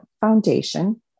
Foundation